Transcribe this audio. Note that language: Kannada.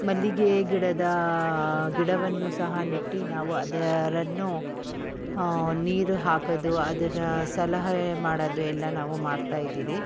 ಮಲ್ಲಿಗೆ ಗಿಡದ ಗಿಡವನ್ನು ಸಹ ನೆಟ್ಟು ನಾವು ಅದರನ್ನು ನೀರು ಹಾಕೋದು ಅದರ ಸಲಹೆ ಮಾಡೋದು ಎಲ್ಲ ನಾವು ಮಾಡ್ತಾಯಿದ್ದೀರಿ